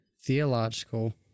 theological